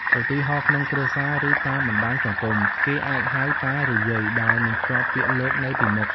ឧទាហរណ៍ ក្នុងគ្រួសារ ឬតាមបណ្តាញសង្គម គេអាចហៅ "តា" ឬ "យាយ" ដោយមិនភ្ជាប់ពាក្យ "លោក" នៅពីមុខ។